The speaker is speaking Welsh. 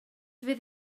fydd